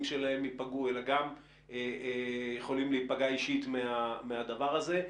שלהם ייפגעו אלא גם יכולים להיפגע אישית מהדבר הזה.